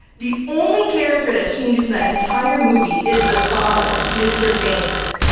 the only character that changes in the entire movie is the father, mr. banks.